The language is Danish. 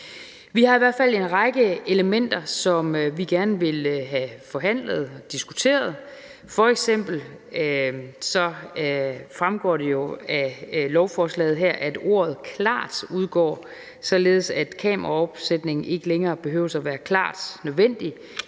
Vi har i hvert fald en række elementer, som vi gerne vil have forhandlet og diskuteret, f.eks. fremgår det jo af lovforslaget, at ordet klart udgår, således at kameraopsætning ikke længere behøver at være klart nødvendigt